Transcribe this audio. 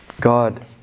God